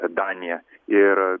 daniją ir